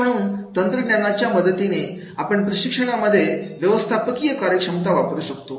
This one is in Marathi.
तर म्हणून तंत्रज्ञानाच्या मदतीने आपण प्रशिक्षणा मध्ये व्यवस्थापकीय कार्यक्षमता वापरू शकतो